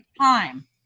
Time